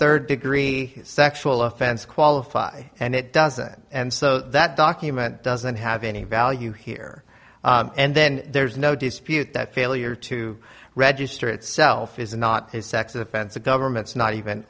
third degree sexual offense qualify and it doesn't and so that document doesn't have any value here and then there's no dispute that failure to register itself is not a sex offense the government's not even